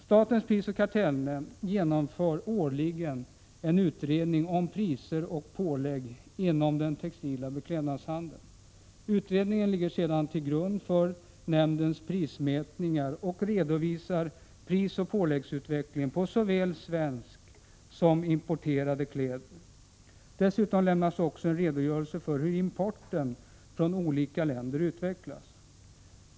Statens prisoch kartellnämnd genomför årligen en utredning om priser och pålägg inom den textila beklädnadshandeln. Utredningen ligger till grund för nämndens prismätningar och redovisar prisoch påläggsutvecklingen på såväl svenska som importerade kläder. Dessutom lämnas också en redogörelse för hur importen från olika länder utvecklas.